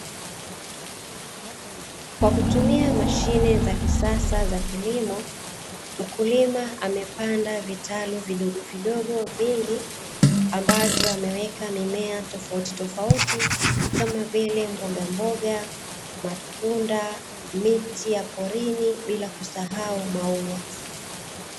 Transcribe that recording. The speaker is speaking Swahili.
Kwa kutumia mashine za kisasa za kilimo mkulima, amepanda vitalu vidogovidogo vingi, ambavyo ameweka mimea tofautitofauti kama vile mboga mboga, matunda, miti ya porini bila kusahau maua.